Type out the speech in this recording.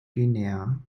guinea